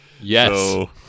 Yes